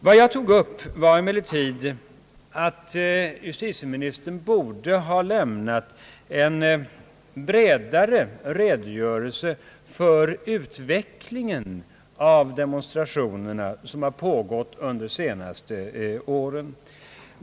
Vad jag tog upp var emellertid att justitieministern borde ha lämnat en bredare redogörelse för utvecklingen av de demonstrationer som har pågått under de senaste åren.